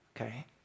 Okay